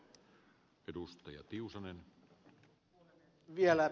vielä painotetaan